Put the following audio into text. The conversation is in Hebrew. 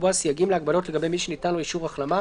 לקבוע סייגים להגבלות לגבי מי שניתן לו אישור החלמה,